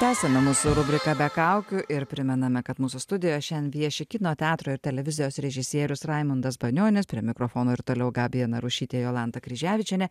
tęsiame mūsų rubriką be kaukių ir primename kad mūsų studijoje šiandien vieši kino teatro ir televizijos režisierius raimundas banionis prie mikrofono ir toliau gabija narušytė jolanta kryževičienė